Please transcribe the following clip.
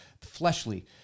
fleshly